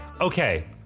okay